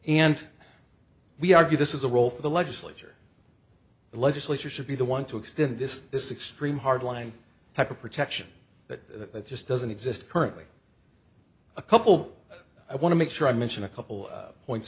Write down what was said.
and we argue this is a role for the legislature the legislature should be the one to extend this this extreme hard line type of protection that just doesn't exist currently a couple i want to make sure i mention a couple of points